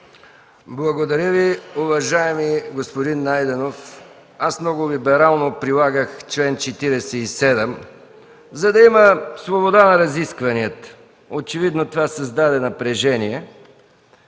Благодаря Ви, уважаеми господин Найденов. Аз много либерално прилагах чл. 47, за да има свобода на разискванията. Очевидно това създаде напрежение.